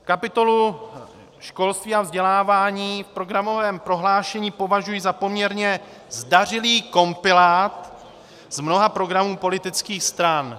Kapitolu školství a vzdělávání v programovém prohlášení považuji za poměrně zdařilý kompilát z mnoha programů politických stran.